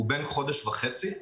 הוא בן חודש וחצי.